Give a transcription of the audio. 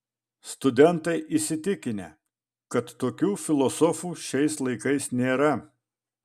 studentai įsitikinę kad tokių filosofų šiais laikais nėra